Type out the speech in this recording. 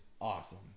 awesome